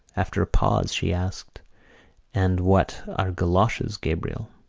after a pause she asked and what are goloshes, gabriel?